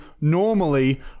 normally